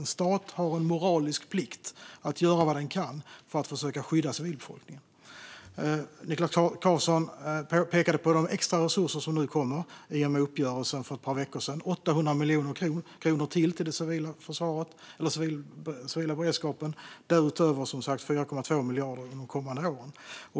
En stat har en moralisk plikt att göra vad den kan för att försöka skydda civilbefolkningen. Niklas Karlsson pekade på de extra resurser som nu kommer i och med uppgörelsen för ett par veckor sedan. Det innebär 800 miljoner kronor ytterligare till den civila beredskapen och därutöver 4,2 miljarder under de kommande åren.